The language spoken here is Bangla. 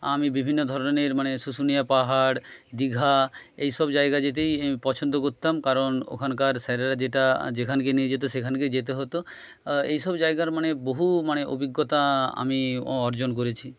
আমি বিভিন্ন ধরনের মানে শুশুনিয়া পাহাড় দীঘা এই সব জায়গা যেতেই পছন্দ করতাম কারণ ওখানকার স্যারেরা যেটা যেখানকে নিয়ে যেত সেখানকে যেতে হতো এইসব জায়গার মানে বহু মানে অভিজ্ঞতা আমি অর্জন করেছি